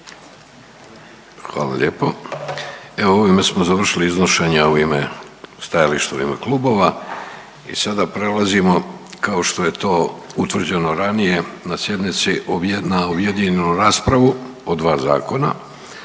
Evo ovime smo završili iznošenja u ime, stajališta u ime klubova i sada prelazimo kao što je to utvrđeno ranije na sjednici na objedinjenu raspravu o dva zakona.